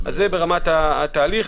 זה ברמת התהליך.